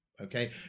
Okay